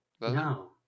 No